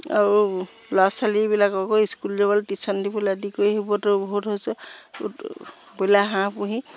আৰু ল'ৰা ছোৱালীবিলাককো স্কুল যাবলৈ টিউশ্যন দি পেলাই দি সেইবোৰতো বহুত হৈছে ব্ৰয়লাৰ হাঁহ পুহি